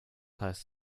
heißt